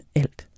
alt